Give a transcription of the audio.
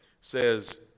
says